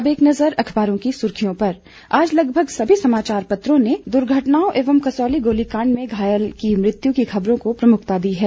अब एक नजर अखबारों की सर्खियों पर आज लगभग सभी समाचार पत्रों ने दुर्घटनाओं एवं कसौली गोलीकांड में घायल की मृत्यु की खबरों को प्रमुखता दी है